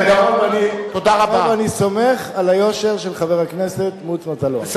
וגם אני סומך על היושר של חבר הכנסת מוץ מטלון.